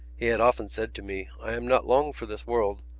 he had often said to me i am not long for this world,